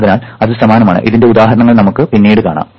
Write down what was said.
അതിനാൽ അത് സമാനമാണ് ഇതിന്റെ ഉദാഹരണങ്ങൾ നമുക്ക് പിന്നീട് കാണാം